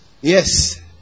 yes